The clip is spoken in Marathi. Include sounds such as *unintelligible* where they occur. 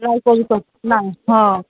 लाईट आली का नाही हा *unintelligible*